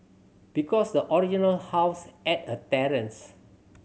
because the original house had a terrace